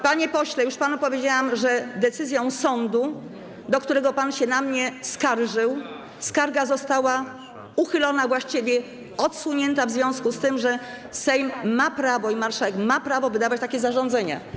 Panie pośle, już panu powiedziałam, że decyzją sądu, do którego pan się na mnie skarżył, skarga została uchylona, a właściwie odsunięta, w związku z tym, że Sejm, marszałek ma prawo wydawać takie zarządzenia.